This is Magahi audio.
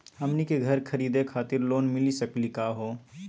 हमनी के घर खरीदै खातिर लोन मिली सकली का हो?